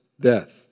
death